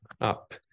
up